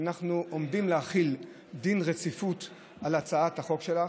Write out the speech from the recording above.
שאנחנו עומדים להחיל דין רציפות על הצעת החוק שלך,